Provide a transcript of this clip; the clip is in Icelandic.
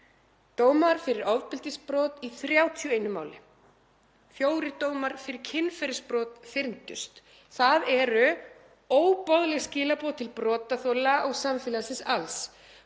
dómar fyrir ofbeldisbrot í 31 máli. Fjórir dómar fyrir kynferðisbrot fyrndust. Það eru óboðleg skilaboð til brotaþola og samfélagsins alls